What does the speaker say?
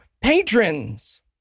patrons